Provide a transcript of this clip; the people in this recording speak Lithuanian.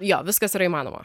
jo viskas yra įmanoma